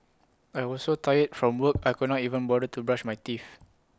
I was so tired from work I could not even bother to brush my teeth